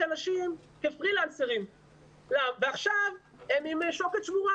אנשים כפרילנסרים ועכשיו עם בפני שוקת שבורה